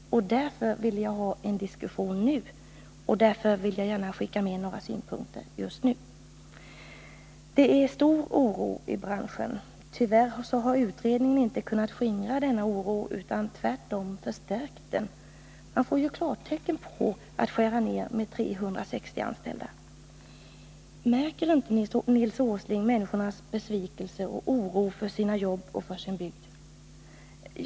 Därför ville jag ha en diskussion nu. Därför ville jag gärna skicka med några synpunkter nu. Det är stor oro i branschen. Tyvärr har utredningen inte kunnat skingra denna oro, utan har tvärtom förstärkt den. Man får ju klartecken att skära ner med 360 anställda. Märker inte Nils Åsling människornas besvikelse och deras oro för sina jobb och för sin bygd?